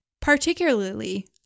particularly